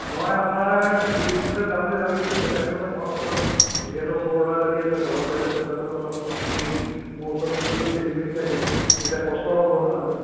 মই আপোনাৰ দুই এদিনতে যাম বুলি ভাবিছিলোঁ এতিয়া তাকে বোলো মই প্ৰথম যিহেতু সৰু ল'ৰা ছোৱালী আছে জলবায়ুটো কথাটো প্ৰথম মেইন মৌচুমটো যদি খেলিমেলি থাকে তেতিয়া কষ্ট হ'ব ন যে